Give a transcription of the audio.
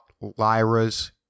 Lyra's